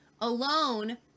alone